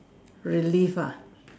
relive ah